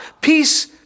Peace